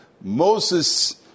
Moses